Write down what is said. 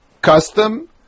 custom